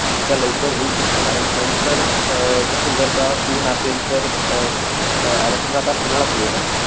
जितक्या लवकर होईल तितक्या कारण नंतर कसं जर का ऊन असेल तर आता समजा आता उन्हाळा सुरू आहे ना